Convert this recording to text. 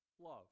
love